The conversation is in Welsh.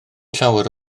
llawer